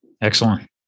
Excellent